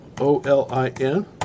Olin